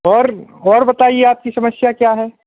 और और बताइए आपकी समस्या क्या है